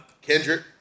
Kendrick